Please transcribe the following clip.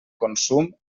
consum